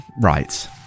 right